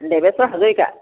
Deveswar Hazarika